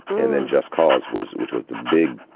and then just cause was which was the big